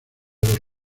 los